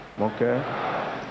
okay